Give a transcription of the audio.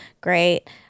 Great